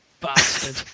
Bastard